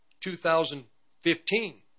2015